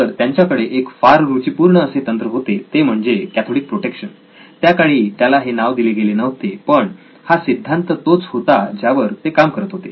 तर त्यांच्याकडे एक फार रुची पूर्ण असे तंत्र होते ते म्हणजे कॅथोडिक प्रोटेक्शन त्याकाळी त्याला हे नाव दिले गेले नव्हते पण हा सिद्धांत तोच होता ज्यावर ते काम करत होते